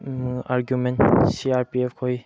argument ꯁꯤ R P F ꯈꯣꯏ